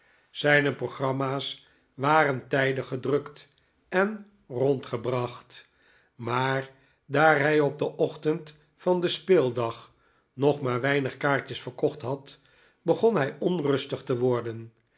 zijne programma's waren tijdig gedrukt en rondgebracht maar daar hij op den ochtend van den speeldag nog maar weinig kaartjes verkocht had begon hij onrustig te wordenhet